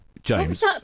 James